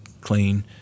clean